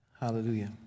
hallelujah